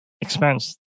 expense